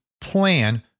plan